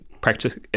practice